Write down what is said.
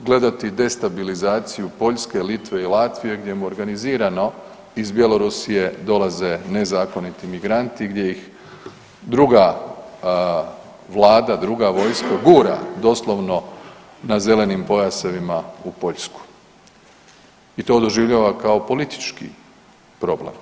gledati destabilizaciju Poljske, Litve i Latvije gdje mu organizirano iz Bjelorusije dolaze nezakoniti migranti gdje ih druga vlada, druga vojska gura doslovno na zelenim pojasevima u Poljsku i to doživljava kao politički problem.